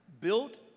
built